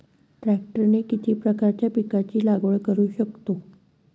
ट्रॅक्टरने किती प्रकारच्या पिकाची लागवड करु शकतो?